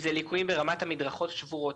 ליקויים ברמת מדרכות שבורות,